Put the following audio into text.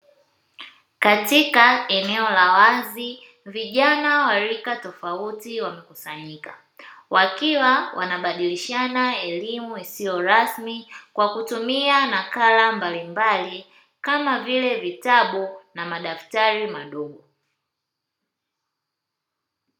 Katika eneo la wazi, vijana wa rika tofauti wamekusanyika, wakiwa wanabadilishana elimu isiyo rasmi kwa kutumia nakala mbalimbali kama vile vitabu na madaftari madogo.